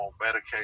medication